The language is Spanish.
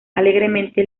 alegremente